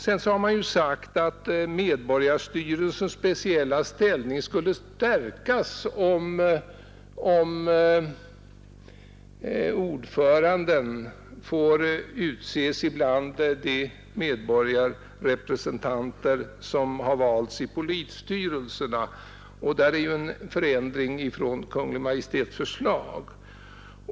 Det har vidare sagts, att medborgarstyrelsens speciella ställning skulle stärkas om ordföranden får utses bland de medborgarrepresentanter som har valts i polisstyrelserna. Detta är en förändring jämfört med Kungl. Maj:ts förslag.